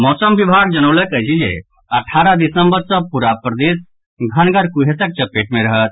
मौसम विभाग जनौलक अछि जे अठारह दिसम्बर सँ पूरा प्रदेश घनगर कुहेसक चपेट मे रहत